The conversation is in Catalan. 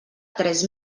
tres